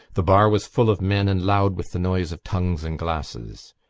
the bar was full of men and loud with the noise of tongues and glasses.